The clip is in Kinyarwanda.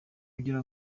kugira